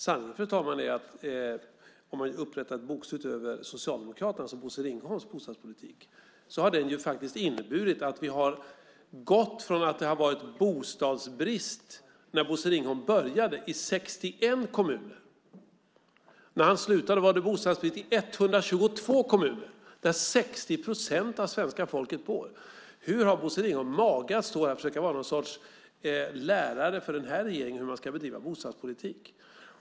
Sanningen är, fru talman, om man upprättar ett bokslut över Socialdemokraternas och Bosse Ringholms bostadspolitik, att den har inneburit att vi har gått från bostadsbrist i 61 kommuner när Bosse Ringholm började till bostadsbrist i 122 kommuner, där 60 procent av svenska folket bor, när han slutade. Hur har Bosse Ringholm mage att stå här och försöka vara någon sorts lärare för den här regeringen och tala om hur man ska bedriva bostadspolitik?